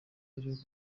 mbere